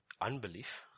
unbelief